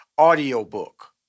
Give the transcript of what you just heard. Audiobook